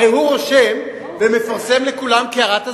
הרי הוא רושם ומפרסם לכולם כהערת אזהרה,